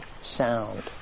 sound